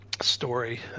story –